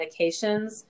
medications